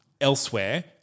elsewhere